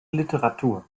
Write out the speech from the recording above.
literatur